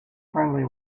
friendly